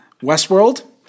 Westworld